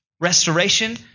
restoration